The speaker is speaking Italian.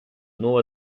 nuovo